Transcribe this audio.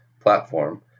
platform